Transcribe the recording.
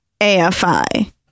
AFI